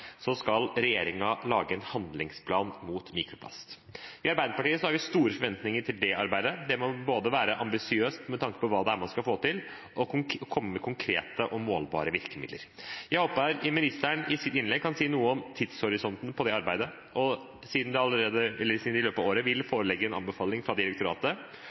skal regjeringen lage en handlingsplan mot mikroplast. I Arbeiderpartiet har vi store forventninger til det arbeidet. Det må både være ambisiøst med tanke på hva det er man skal få til, og komme med konkrete og målbare virkemidler. Jeg håper ministeren i sitt innlegg kan si noe om tidshorisonten for det arbeidet. Siden det i løpet av året vil foreligge en anbefaling fra direktoratet,